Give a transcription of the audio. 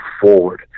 forward